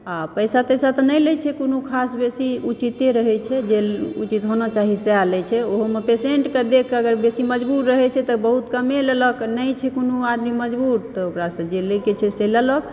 आ पैसा तैसा तऽ नहि लै छै कोनो खास बेसी उचिते रहे छै जे उचित होना चाही सएह लै छै ओहोमे पेशेन्ट के देखकऽ अगर बेसी मजबूर रहै छै तऽ बहुत कम्मे लेलक नहि छै कोनो आदमी मजबूर तऽ ओकरा सऽ जे लै कऽ छै से लेलक